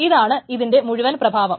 ഇതാണ് ഇതിന്റെ മുഴുവൻ പ്രഭാവം